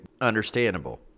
understandable